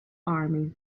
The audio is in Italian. army